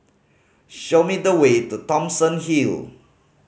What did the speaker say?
show me the way to Thomson Hill